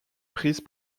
prise